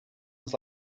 was